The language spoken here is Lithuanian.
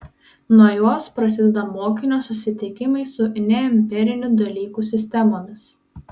nuo jos prasideda mokinio susitikimai su neempirinių dalykų sistemomis